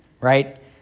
right